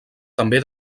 també